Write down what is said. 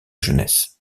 jeunesse